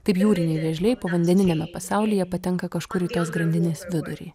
taip jūriniai vėžliai povandeniniame pasaulyje patenka kažkur į tos grandinės vidurį